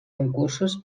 concursos